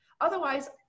Otherwise